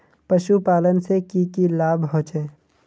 पशुपालन से की की लाभ होचे?